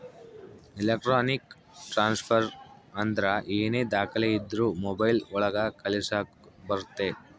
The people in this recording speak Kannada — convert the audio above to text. ಎಲೆಕ್ಟ್ರಾನಿಕ್ ಟ್ರಾನ್ಸ್ಫರ್ ಅಂದ್ರ ಏನೇ ದಾಖಲೆ ಇದ್ರೂ ಮೊಬೈಲ್ ಒಳಗ ಕಳಿಸಕ್ ಬರುತ್ತೆ